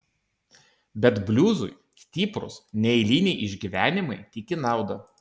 bet bliuzui stiprūs neeiliniai išgyvenimai tik į naudą